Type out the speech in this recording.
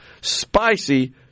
spicy